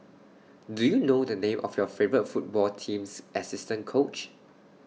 do you know the name of your favourite football team's assistant coach